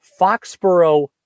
Foxborough